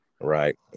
Right